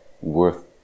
worth